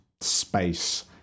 space